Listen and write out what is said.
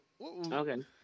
Okay